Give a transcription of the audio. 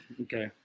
okay